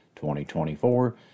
2024